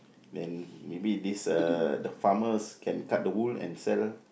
then maybe this uh the farmers can cut the wool and sell